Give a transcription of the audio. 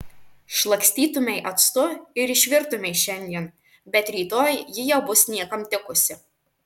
šlakstytumei actu ir išvirtumei šiandien bet rytoj ji jau bus niekam tikusi